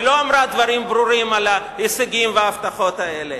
היא לא אמרה דברים ברורים על ההישגים וההבטחות האלה.